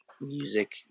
music